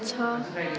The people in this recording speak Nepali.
छ